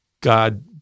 God